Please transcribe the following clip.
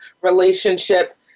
relationship